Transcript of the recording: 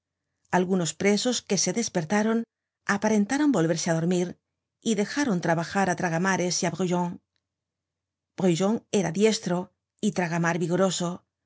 algunos presos que se despertaron aparentaron volverse á dormir y dejaron trabajar á tragamares y á brujon brujon era diestro y tragamar vigoroso